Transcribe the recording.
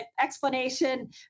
explanation